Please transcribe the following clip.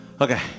Okay